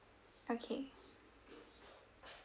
okay